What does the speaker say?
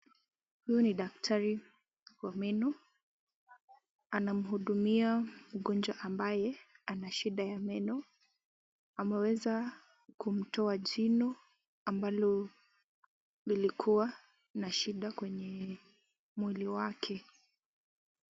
Huyu ni daktari wa meno anamhudumia mgonjwa ambaye ana shida ya meno, ameweza kumtoa jino ambalo lilikuwa na shida kwenye mwili wake.